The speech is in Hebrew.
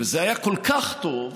וזה היה כל כך טוב,